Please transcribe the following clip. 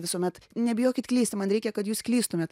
visuomet nebijokit klysti man reikia kad jūs klystumėt